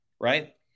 right